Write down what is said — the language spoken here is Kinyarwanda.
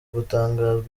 gutangazwa